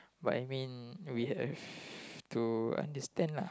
but I mean we have to understand lah